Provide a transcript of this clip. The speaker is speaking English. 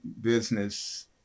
business